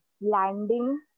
landing